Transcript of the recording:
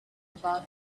about